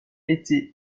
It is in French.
été